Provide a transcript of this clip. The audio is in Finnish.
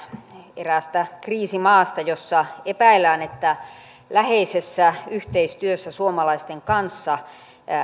eräästä kriisimaasta jossa epäillään että läheisessä yhteistyössä suomalaisten kanssa